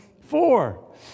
four